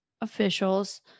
officials